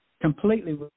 completely